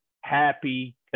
happy